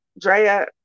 Drea